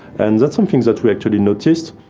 and that's some things that we actually noticed,